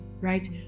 right